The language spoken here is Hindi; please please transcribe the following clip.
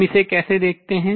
हम इसे कैसे देखते हैं